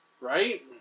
Right